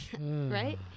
right